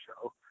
show